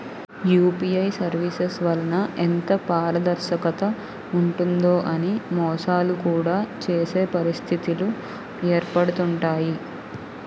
UPI services వలన ఎంత పారదర్శకత ఉంటుందో అని మోసాలు కూడా చేసే పరిస్థితిలు ఏర్పడుతుంటాయి